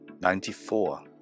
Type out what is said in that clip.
ninety-four